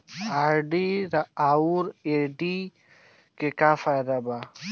RD आउर FD के का फायदा बा?